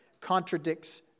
contradicts